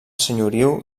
senyoriu